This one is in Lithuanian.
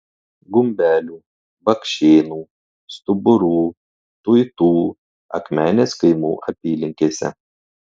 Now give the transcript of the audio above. gumbelių bakšėnų stuburų tuitų akmenės kaimų apylinkėse